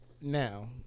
now